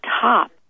top